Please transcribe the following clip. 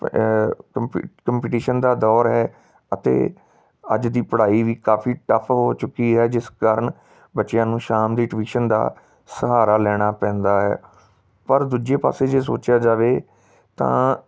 ਕੰਪ competition ਦਾ ਦੌਰ ਹੈ ਅਤੇ ਅੱਜ ਦੀ ਪੜ੍ਹਾਈ ਵੀ ਕਾਫੀ ਟਫ ਹੋ ਚੁੱਕੀ ਹੈ ਜਿਸ ਕਾਰਨ ਬੱਚਿਆਂ ਨੂੰ ਸ਼ਾਮ ਦੀ ਟਿਊਸ਼ਨ ਦਾ ਸਹਾਰਾ ਲੈਣਾ ਪੈਂਦਾ ਹੈ ਪਰ ਦੂਜੇ ਪਾਸੇ ਜੇ ਸੋਚਿਆ ਜਾਵੇ ਤਾਂ